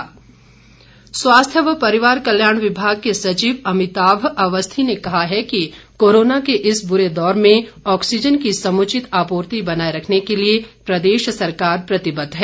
अभिताम अवस्थी स्वास्थ्य व परिवार कल्याण विभाग के सचिव अमिताभ अवस्थी ने कहा है कि कोरोना के इस बुरे दौर में ऑक्सीज़न की समुचित आपूर्ति बनाए रखने के लिए प्रदेश सरकार प्रतिबद्ध है